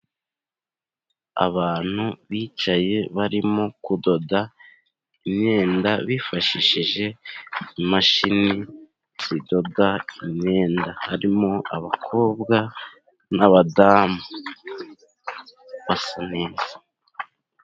Abantu bicaye barimo kudoda imyenda bifashishije imashini zidoda imyenda. Harimo abakobwa n'abadamu basa neza.